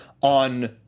on